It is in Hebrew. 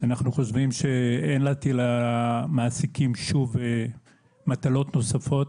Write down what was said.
אנחנו חושבים שאין להטיל על המעסיקים מטלות נוספות,